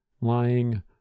lying